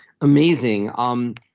Amazing